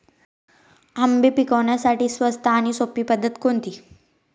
आंबे पिकवण्यासाठी स्वस्त आणि सोपी पद्धत कोणती?